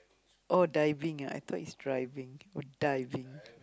oh diving ah I thought is driving go diving